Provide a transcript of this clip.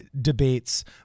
debates